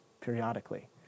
periodically